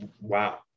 Wow